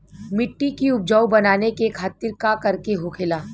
मिट्टी की उपजाऊ बनाने के खातिर का करके होखेला?